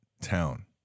town